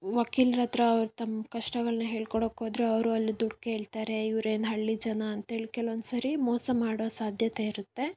ವಕೀಲರತ್ರ ಅವ್ರು ತಮ್ಮ ಕಷ್ಟಗಳನ್ನ ಹೇಳ್ಕೊಳ್ಳೋಕ್ ಹೋದರೆ ಅವರು ಅಲ್ಲಿ ದುಡ್ಡು ಕೇಳ್ತಾರೆ ಇವ್ರು ಏನು ಹಳ್ಳಿ ಜನ ಅಂತ್ಹೇಳಿ ಕೆಲವೊಂದುಸರಿ ಮೋಸ ಮಾಡುವ ಸಾಧ್ಯತೆ ಇರುತ್ತೆ